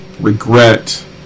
regret